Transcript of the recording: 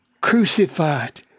crucified